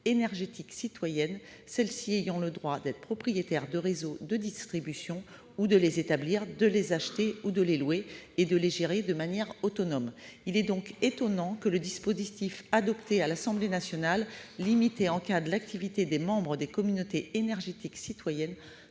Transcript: énergétiques citoyennes, celles-ci ayant le droit d'être propriétaires de réseaux de distribution, ou de les établir, de les acheter ou de les louer et de les gérer de manière autonome. Il est étonnant que le dispositif adopté à l'Assemblée nationale limite et encadre l'activité des membres des communautés énergétiques citoyennes,